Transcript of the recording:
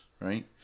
right